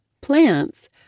Plants